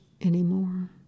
anymore